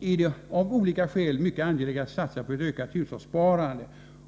är det av olika skäl mycket angeläget att satsa på ett ökat hushållssparande.